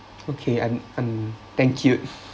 okay I’m I’m thank you